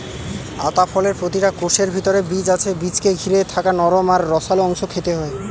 আতা ফলের প্রতিটা কোষের ভিতরে বীজ আছে বীজকে ঘিরে থাকা নরম আর রসালো অংশ খেতে হয়